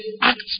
act